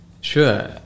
Sure